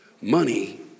money